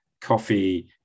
Coffee